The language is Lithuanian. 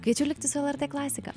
kviečiu likti su lrt klasika